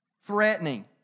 threatening